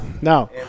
no